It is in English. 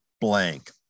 blank